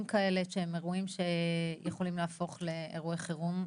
כאלה שהם אירועים שיכולם להפוך לאירוע חירום,